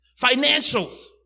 Financials